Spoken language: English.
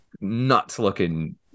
nuts-looking